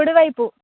కుడివైపు